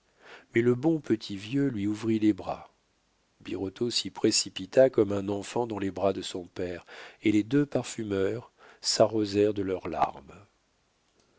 mais le bon petit vieux lui ouvrit les bras birotteau s'y précipita comme un enfant dans les bras de son père et les deux parfumeurs s'arrosèrent de leurs larmes